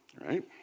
Right